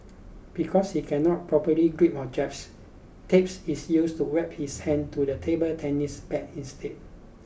because he cannot properly grip objects tapes is used to wrap his hand to the table tennis bat instead